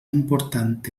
important